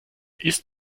ist